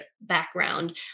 background